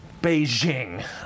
Beijing